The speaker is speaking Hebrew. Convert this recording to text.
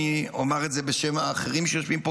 אני אומר את זה גם בשם האחרים שיושבים פה,